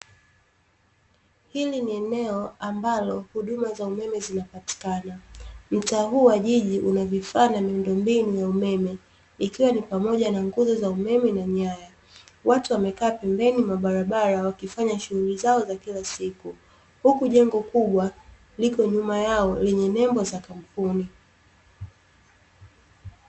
Hili ni eneo ambalo huduma za umeme zinapatikana. Mtaa huu wa jiji una vifaa na miundombinu ya umeme, ikiwa ni pamoja na nguzo za umeme na nyaya. Watu wamekaa pembeni mwa barabara wakifanya shughuli zao za kila siku, huku jengo kubwa liko nyuma yao lenye nembo za kampuni.